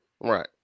Right